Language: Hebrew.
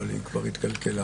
אבל היא כבר התקלקלה